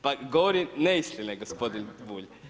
Pa govori neistine gospodin Bulj.